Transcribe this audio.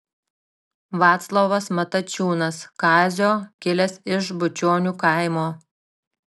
vaclovas matačiūnas kazio kilęs iš bučionių kaimo